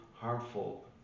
harmful